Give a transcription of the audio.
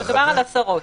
מדובר על עשרות.